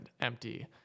empty